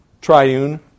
triune